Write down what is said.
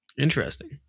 Interesting